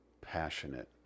passionate